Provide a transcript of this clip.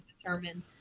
determine